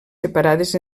separades